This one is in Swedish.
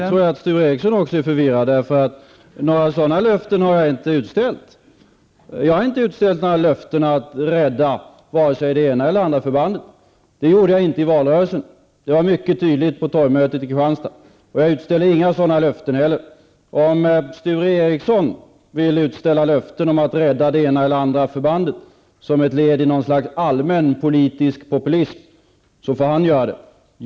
Herr talman! Nu tror jag att också Sture Ericson är förvirrad. Några sådana löften har jag inte utfäst. Jag har inte utfäst några löften att rädda vare sig det ena eller det andra förbandet. Det gjorde jag inte heller i valrörelsen. Jag var mycket tydlig på torget i Kristianstad. Om Sture Ericson som ett led i någan allmän politisk populism vill utfästa löften om att rädda det ena eller det andra förbandet, får han göra det.